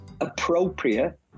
appropriate